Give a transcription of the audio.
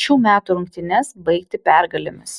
šių metų rungtynes baigti pergalėmis